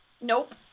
Nope